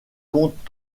compte